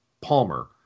Palmer